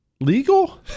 legal